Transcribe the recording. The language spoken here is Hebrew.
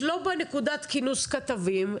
לא הייתה בנקודת כינוס כתבים,